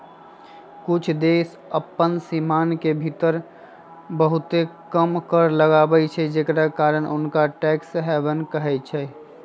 कुछ देश अप्पन सीमान के भीतर बहुते कम कर लगाबै छइ जेकरा कारण हुंनका टैक्स हैवन कहइ छै